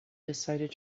decided